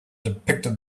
depicted